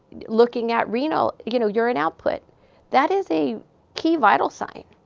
looking at renal you know, urine output that is a key vital sign.